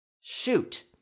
Shoot